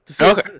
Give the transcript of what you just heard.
Okay